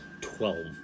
Twelve